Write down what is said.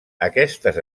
aquestes